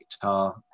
guitar